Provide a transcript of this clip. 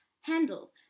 handle